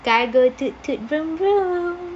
car go toot toot vroom vroom